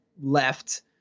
left